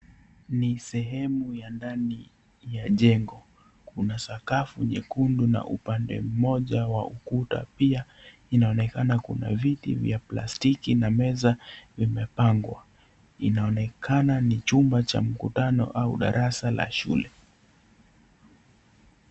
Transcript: Ni sehemu ya ndani ya jengo. Kuna sakafu nyekundu na upande moja wa ukuta pia, inaonekana kuna viti vya plastiki na meza vimepangwa. Inaonekana ni chumba cha mkutano au darasa la shule.